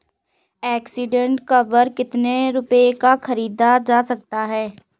Accident cover कितने रुपए में खरीदा जा सकता है?